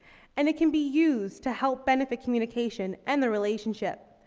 and it can be used to help benefit communication and the relationship.